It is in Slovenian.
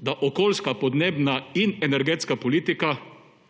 da bo okoljska, podnebna in energetska politika